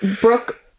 Brooke